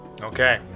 Okay